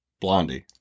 blondie